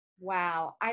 Wow